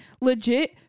legit